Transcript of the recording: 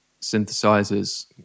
synthesizers